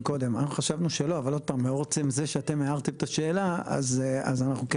לאור זה שאתם הערתם את השאלה אז אנחנו כן